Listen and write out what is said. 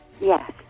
Yes